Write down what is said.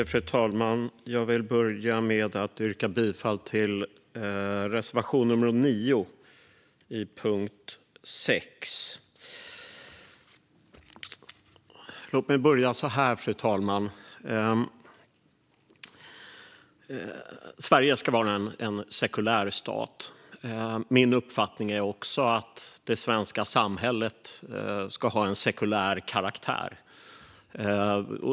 Fru talman! Jag vill börja med att yrka bifall till reservation nummer 9 under punkt 6. Sverige ska vara en sekulär stat. Min uppfattning är också att det svenska samhället ska ha en sekulär karaktär.